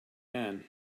man